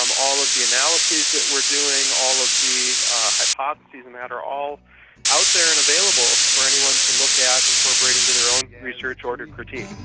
um all of the analyses that we're doing, all of the hypotheses and that are all out there and available for anyone to look at, incorporating into their own research or to critique.